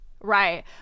Right